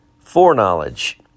Foreknowledge